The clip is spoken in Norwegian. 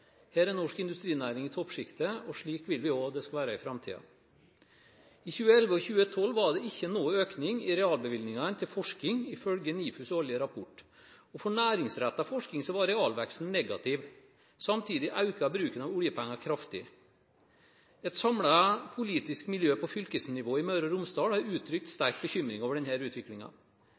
Her er norsk industrinæring i toppsjiktet, og slik vil vi også det skal være i framtiden. I 2011 og 2012 var det ikke noen økning i realbevilgningene til forskning ifølge NIFUs årlige rapport, og for næringsrettet forskning var realveksten negativ. Samtidig økte bruken av oljepenger kraftig. Et samlet politisk miljø på fylkesnivå i Møre og Romsdal har uttrykt sterk bekymring over